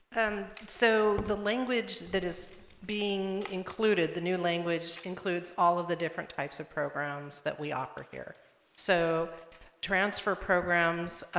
and so the language that is being included the new language includes all of the different types of programs that we offer here so transfer programs